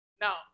Now